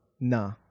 Nah